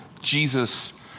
Jesus